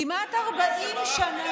כמעט 40 שנה,